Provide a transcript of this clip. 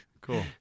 cool